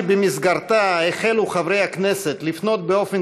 שבמסגרתה החלו חברי הכנסת לפנות באופן